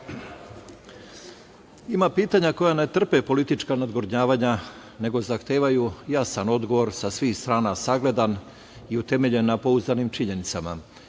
Ima pitanja koja ne trpe politička nadgornjavanja nego zahtevaju jasan odgovor sa svih strana sagledan i utemeljen na pouzdanim činjenicama.